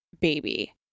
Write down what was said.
baby